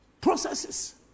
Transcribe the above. processes